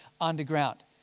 underground